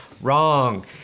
wrong